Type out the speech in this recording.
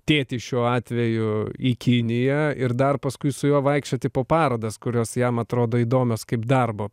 tėtį šiuo atveju į kiniją ir dar paskui su juo vaikščioti po parodas kurios jam atrodo įdomios kaip darbo